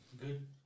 good